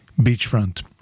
beachfront